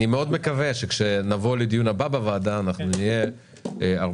אני מאוד מקווה שכאשר נבוא לדיון הבא בוועדה אנחנו נהיה הרבה